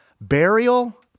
Burial